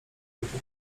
punktu